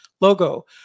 logo